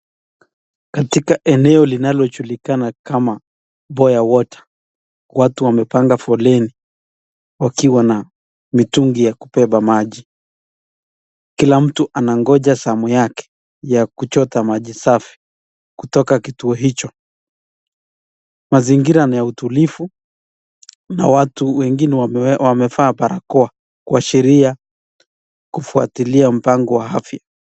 Katika eneo linalojulikana kama Boya water. Watu wamepanga foleni, wakiwa na mitungi ya kubeba maji. Kila mtu anangoja zamu yake ya kuchota maji safi. Kutoka kituo hicho. Mazingira yanayo utulifu, na watu wengine wamevaa barakoa kwa sheria, kufuatilia mpango wa afya.